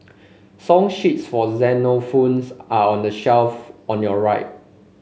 song sheets for xylophones are on the shelf on your right